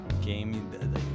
game